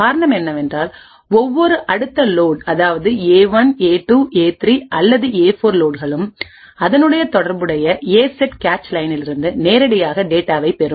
காரணம் என்னவென்றால் ஒவ்வொரு அடுத்த லோட் அதாவது ஏ 1 ஏ 2 ஏ 3 அல்லது ஏ 4 லோட்களும் அதனுடன் தொடர்புடைய ஏசெட் கேச் லைனிலிருந்து நேரடியாக டேட்டாவை பெரும்